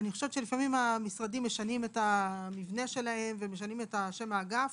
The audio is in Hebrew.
אני חושבת שלפעמים המשרדים משנים את המבנה שלהם ומשנים את שם האגף,